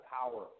power